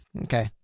Okay